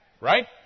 right